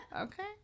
Okay